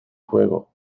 fuego